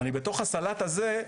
הסלט הזה,